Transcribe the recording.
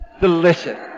Delicious